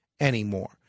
anymore